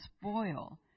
spoil